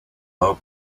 low